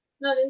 no